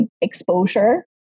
exposure